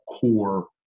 core